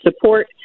support